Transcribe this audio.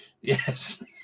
Yes